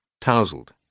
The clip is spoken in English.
tousled